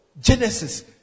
Genesis